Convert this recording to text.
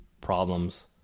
problems